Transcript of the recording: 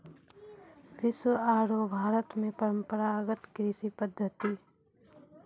विश्व आरो भारत मॅ परंपरागत कृषि पद्धति